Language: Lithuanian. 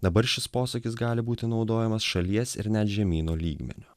dabar šis posakis gali būti naudojamas šalies ir net žemyno lygmeniu